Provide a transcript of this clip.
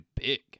big